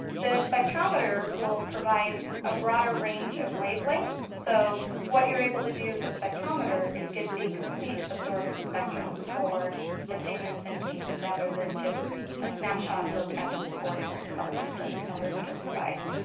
the spectrometer will provide a broader range of wavelengths. so what you're able to do with the spectrometer is get the complete absorbance spectrum for the pigments in leaves, rather than just a snapshot look at those four different colors that the colorimeter provides.